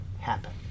happen